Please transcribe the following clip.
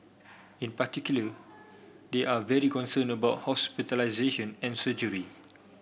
in particular they are very concerned about hospitalisation and surgery